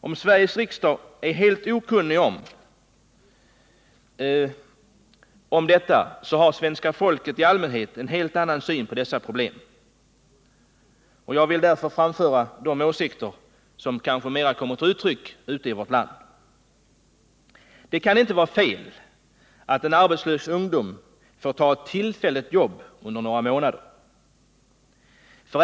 Om Sveriges riksdag är helt okunnig om detta, så har svenska folket i allmänhet en helt annan syn på dessa problem, och jag vill därför framföra de åsikter som kanske mera kommer till uttryck ute i vårt land. Det kan inte vara fel att arbetslösa ungdomar får ta ett tillfälligt jobb under några månader.